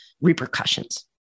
repercussions